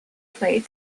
plate